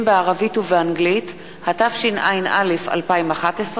התשע”א 2011,